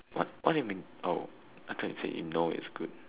what what do you mean I thought you say indoor is good